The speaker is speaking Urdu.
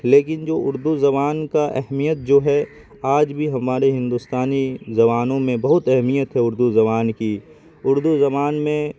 لیکن جو اردو زبان کا اہمیت جو ہے آج بھی ہمارے ہندوستانی زبانوں میں بہت اہمیت ہے اردو زبان کی اردو زبان میں